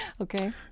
Okay